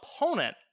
opponent